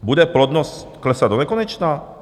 Bude plodnost klesat donekonečna?